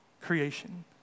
creation